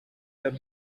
the